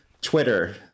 twitter